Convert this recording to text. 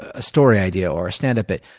a story idea or a standup bit.